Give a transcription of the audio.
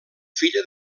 filla